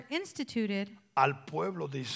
instituted